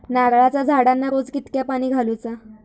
नारळाचा झाडांना रोज कितक्या पाणी घालुचा?